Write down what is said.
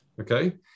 Okay